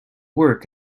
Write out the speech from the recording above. work